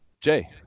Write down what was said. jay